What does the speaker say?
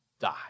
die